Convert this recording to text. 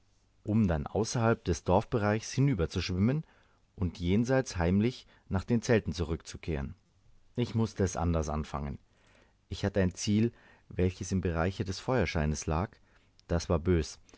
um dann außerhalb des dorfbereiches hinüberzuschwimmen und jenseits heimlich nach den zelten zurückzukehren ich mußte es anders anfangen ich hatte ein ziel welches im bereiche des feuerscheines lag das war bös